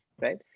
right